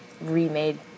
remade